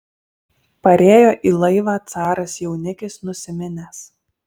parėjo į laivą caras jaunikis nusiminęs